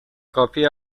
copy